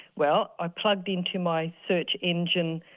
well i plugged into my search engine,